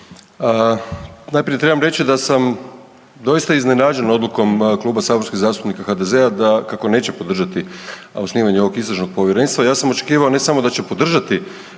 Najprije trebam reći da sam doista iznenađen odlukom Kluba saborskih zastupnika HDZ-a da kako neće podržati osnivanje ovog Istražnog povjerenstva. Ja sam očekivao ne samo da će podržati